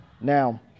Now